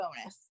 bonus